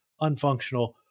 unfunctional